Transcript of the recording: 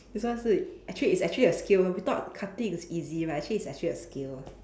this one 是 actually it's actually a skill we thought cutting is easy right actually it's actually a skill